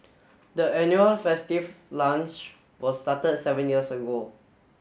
the annual festive lunch was started seven years ago